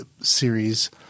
series